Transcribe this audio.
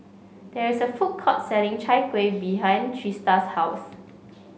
there is a food court selling Chai Kuih behind Trista's house